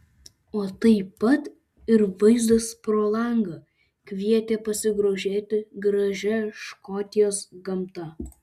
o taip pat ir vaizdas pro langą kvietė pasigrožėti gražia škotijos gamta